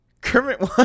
kermit